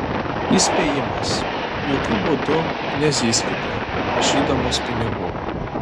įspėjimas jokiu būdų nezyzkite prašydamos pinigų